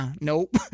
Nope